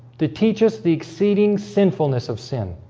to teach us the exceeding sinfulness of sin